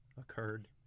occurred